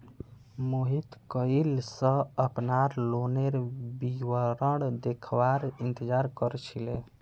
मोहित कइल स अपनार लोनेर विवरण देखवार इंतजार कर छिले